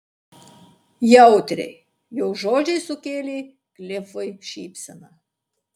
jautriai jos žodžiai sukėlė klifui šypseną